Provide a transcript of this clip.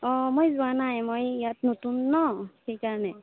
অঁ মই যোৱা নাই মই ইয়াত নতুন ন সেইকাৰণে